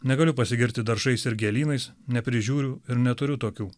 negaliu pasigirti daržais ir gėlynais neprižiūriu ir neturiu tokių